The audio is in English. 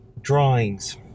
drawings